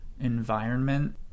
environment